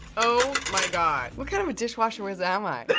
oh my god. what kind of a dishwasher whiz am i?